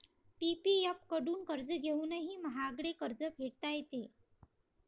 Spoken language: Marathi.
पी.पी.एफ कडून कर्ज घेऊनही महागडे कर्ज फेडता येते